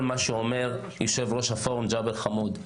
מה שאומר יושב ראש הפורום ג'בר חמוד,